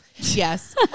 Yes